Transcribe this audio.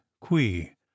qui